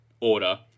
order